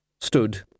stood